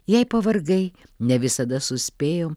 jei pavargai ne visada suspėjom